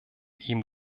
ihm